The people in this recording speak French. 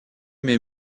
mes